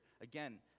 again